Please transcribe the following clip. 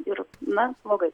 ir na blogai